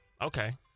Okay